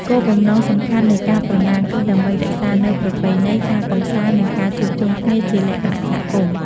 គោលបំណងសំខាន់នៃការប្រណាំងគឺដើម្បីរក្សានូវប្រពៃណី ការកម្សាន្ត និងការជួបជុំគ្នាជាលក្ខណៈសហគមន៍។